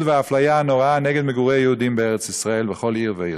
והאפליה הנוראה נגד מגורי יהודים בארץ-ישראל בכל עיר ועיר.